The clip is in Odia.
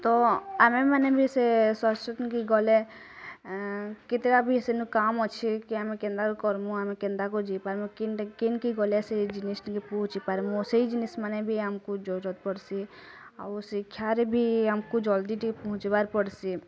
ତ ଆମେ୍ ମାନେ ବି ସେ ଗଲେ କେତେଟା ସେନ୍ କାମ୍ ଅଛେ କି କେନ୍ତା କର୍ମୁଁ ଆମେ କେନ୍ତା କିନ୍କି ଗଲେ ସେ ଜିନିଷ୍ ଟିକେ ପାର୍ମୁଁ ସେଇ ଜିନିଷ୍ ମାନେ ବି ଆମ୍କୁ ଜରୁରତ୍ ପଡ଼୍ସି ଆଉ ଶିକ୍ଷା ବି ଆମକୁ ଜଲ୍ଦି ଟିକେ ପହଁଛି ବାର୍ ପଡ଼୍ସିଁ